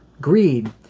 greed